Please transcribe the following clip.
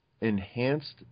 enhanced